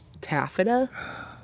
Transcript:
taffeta